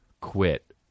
quit